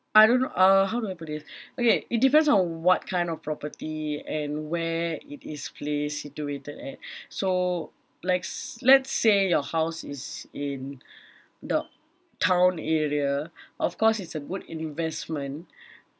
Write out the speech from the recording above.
I don't know uh how do I put this okay it depends on what kind of property and where it is placed situated at so likes let's say your house is in the town area of course it's a good investment